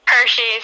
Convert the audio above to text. Hershey's